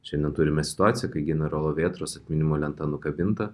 šiandien turime situaciją kai generolo vėtros atminimo lenta nukabinta